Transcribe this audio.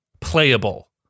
playable